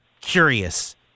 curious